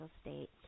state